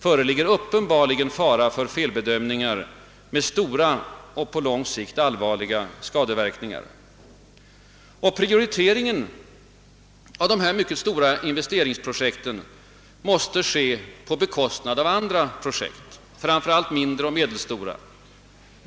föreligger uppenbarligen fara för felbedömningar med stora och på lång sikt allvarliga skadeverkningar. Prioriteringen av dessa mycket stora investeringsprojekt måste ske på bekostnad av andra projekt, framför allt mindre och medelstora.